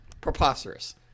preposterous